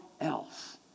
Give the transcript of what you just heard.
else